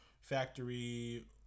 factory